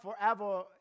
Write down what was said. forever